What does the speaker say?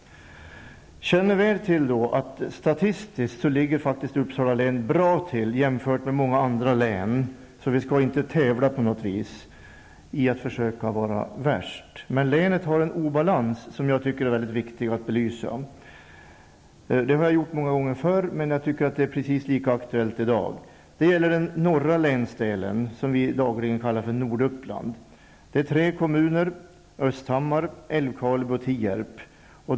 Jag känner väl till att Uppsala län statistiskt sett ligger bra till jämfört med många andra län, så vi skall inte på något vis tävla i att försöka vara värst. Men länet har en obalans som jag tycker är mycket viktig att belysa. Det har jag gjort många gånger förr, men det är precis lika aktuellt i dag. Det gäller den norra länsdelen, som vi dagligdags kallar för Norduppland. Det är tre kommuner: Östhammar, Älvkarleby och Tierp.